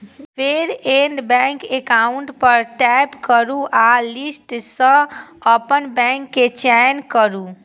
फेर add bank account पर tap करू आ लिस्ट सं अपन बैंक के चयन करू